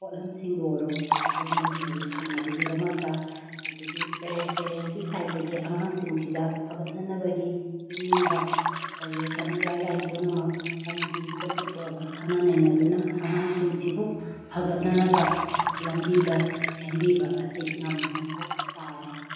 ꯄꯣꯠꯂꯝꯁꯤꯡꯕꯨ ꯑꯣꯏꯔꯣ ꯃꯗꯨꯒꯨꯝꯕꯁꯤꯡ ꯑꯗꯨ ꯐꯪꯅꯕꯒꯤꯗꯃꯛꯇ ꯑꯗꯒꯤ ꯄꯦꯔꯦꯟꯁꯀꯤ ꯁꯥꯏꯠꯇꯒꯤ ꯑꯉꯥꯡꯁꯤꯡꯁꯤꯗ ꯐꯒꯠꯍꯟꯅꯕꯒꯤ ꯄꯤꯅꯤꯡꯕ ꯁꯖꯦꯁꯟ ꯒꯥꯏꯗ ꯂꯥꯏꯟ ꯄꯨꯝꯅꯃꯛ ꯀꯝꯃꯤꯇꯤꯗꯨꯗ ꯄꯨꯊꯣꯛꯑꯒ ꯈꯟꯅ ꯅꯩꯅꯗꯨꯅ ꯑꯉꯥꯡꯁꯤꯡꯁꯤꯕꯨ ꯐꯒꯠꯅꯅꯕ ꯂꯝꯕꯤꯗ ꯁꯦꯝꯕꯤꯕ ꯑꯁꯤ ꯌꯥꯝꯅ ꯃꯊꯧ ꯇꯥꯔꯦ